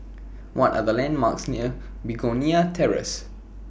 What Are The landmarks near Begonia Terrace